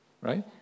right